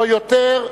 לא יותר,